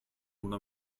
una